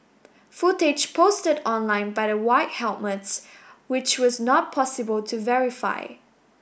footage posted online by the White Helmets which was not possible to verify